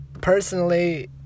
personally